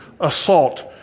assault